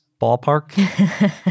ballpark